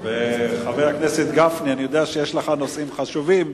חבר הכנסת גפני, אני יודע שיש לך נושאים חשובים,